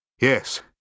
Yes